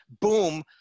boom